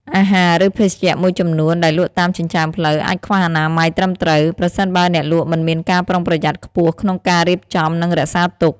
អាហារ ឬភេសជ្ជៈមួយចំនួនដែលលក់តាមចិញ្ចើមផ្លូវ អាចខ្វះអនាម័យត្រឹមត្រូវ ប្រសិនបើអ្នកលក់មិនមានការប្រុងប្រយ័ត្នខ្ពស់ក្នុងការរៀបចំ និងរក្សាទុក។